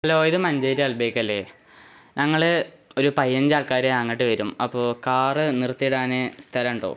hello ഇത് Manjeri Al Baik അല്ലേ ഞങ്ങള് ഒരു പതിനഞ്ചാള്ക്കാര് അങ്ങോട്ട് വരും അപ്പോ കാര് നിര്ത്തിയിടാന് സ്ഥലമുണ്ടോ